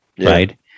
right